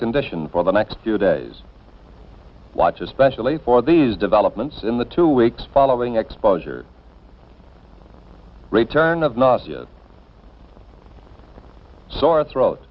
condition for the next few days watch especially for these developments in the two weeks following exposure return of not sore throat